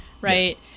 right